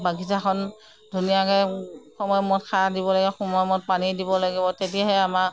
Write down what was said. বাগিচাখন ধুনীয়াকৈ সময়মত সাৰ দিব লাগিব সময়মত পানী দিব লাগিব তেতিয়াহে আমাৰ